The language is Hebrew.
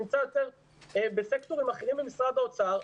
נמצא יותר בסקטורים אחרים במשרד האוצר,